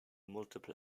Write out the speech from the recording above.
multiple